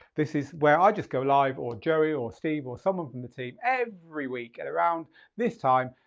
this is where i just go live or jerry or steve or someone from the team, every week at around this time,